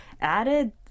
added